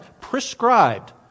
prescribed